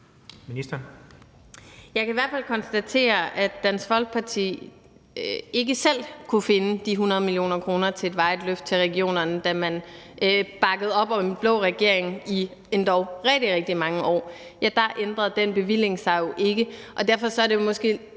Jeg kan hvert fald konstatere, at Dansk Folkeparti ikke selv kunne finde de 100 mio. kr. til et varigt løft til regionerne, da man bakkede op om den blå regering i endog rigtig mange år. Der ændrede den bevilling sig jo ikke. Derfor er det måske